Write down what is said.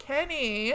Kenny